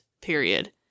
period